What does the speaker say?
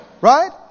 Right